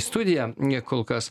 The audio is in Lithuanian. studiją kol kas